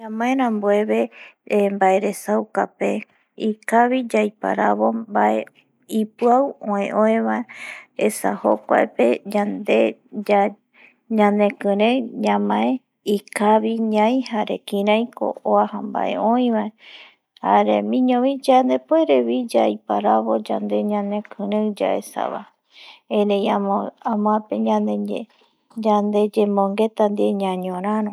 Ñamae ranbueve baere sauka pe ikabi yae yaiparabo bae ipiau ue oi bae esa jokuae pe yande ñanekiren ñamae ikavi ñai jare kiraiko uaja bae oi bae. jaeramiño bi yande puere yaiparabo yande ñanekiren yaesa vae erei amoape ñane ñee yande yemongueta die ñañoraro